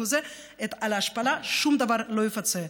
על ההשפלה שום דבר לא יפצה.